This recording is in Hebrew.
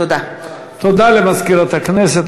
תודה למזכירת הכנסת.